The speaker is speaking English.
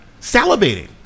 salivating